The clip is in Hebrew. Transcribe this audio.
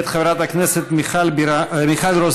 מאת חברת הכנסת מיכל רוזין.